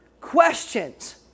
questions